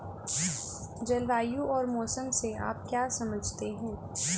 जलवायु और मौसम से आप क्या समझते हैं?